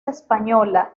española